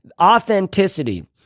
authenticity